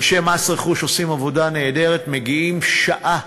אנשי מס רכוש עושים עבודה נהדרת, מגיעים שעה